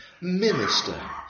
minister